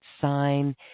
sign